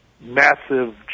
massive